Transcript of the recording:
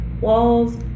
walls